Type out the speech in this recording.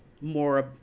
more